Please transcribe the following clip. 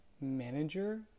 manager